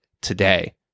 today